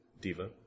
Diva